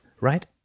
right